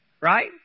right